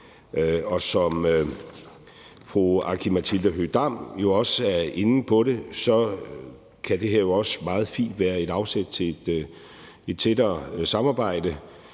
Som fru Aki-Matilda Høegh-Dam jo også er inde på, kan det her også meget fint være et afsæt til et tættere samarbejde,